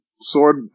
sword